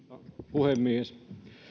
puhemies alkuun